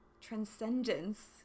transcendence